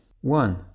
one